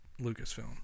lucasfilm